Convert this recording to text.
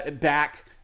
back